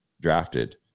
drafted